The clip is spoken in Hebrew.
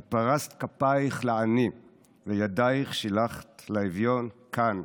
את פרשת כפייך לעני וידייך שילחת לאביון כאן